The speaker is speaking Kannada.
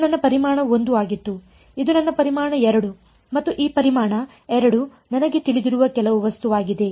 ಇದು ನನ್ನ ಪರಿಮಾಣ 1 ಆಗಿತ್ತು ಇದು ನನ್ನ ಪರಿಮಾಣ 2 ಮತ್ತು ಈ ಪರಿಮಾಣ 2 ನನಗೆ ತಿಳಿದಿರುವ ಕೆಲವು ವಸ್ತುವಾಗಿದೆ